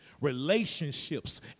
relationships